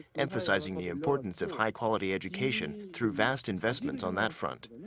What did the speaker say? emphasizing the importance of high-quality education. through vast investments on that front.